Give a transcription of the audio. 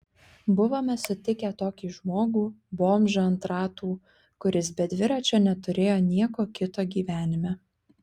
buvome sutikę tokį žmogų bomžą ant ratų kuris be dviračio neturėjo nieko kito gyvenime